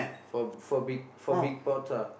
four four big four big pots ah